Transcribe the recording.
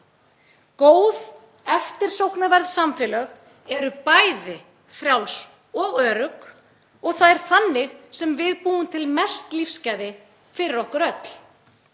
Góð, eftirsóknarverð samfélög eru bæði frjáls og örugg og það er þannig sem við búum til mest lífsgæði fyrir okkur öll.